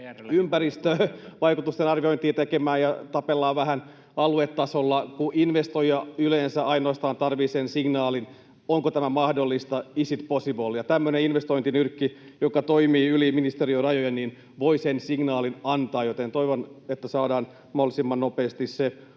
ympäristövaikutusten arviointia tekemään ja tapellaan vähän aluetasolla, kun investoija yleensä ainoastaan tarvitsee sen signaalin, onko tämä mahdollista, is it possible. Tämmöinen investointinyrkki, joka toimii yli ministeriörajojen, voi sen signaalin antaa, joten toivon, että saadaan mahdollisimman nopeasti se